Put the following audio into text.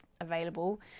available